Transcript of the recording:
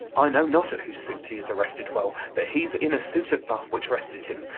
i know not at whose suit he is arrested well but he's in a suit of buff which rested him,